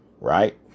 right